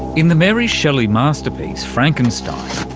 in the mary shelley masterpiece frankenstein,